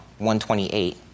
128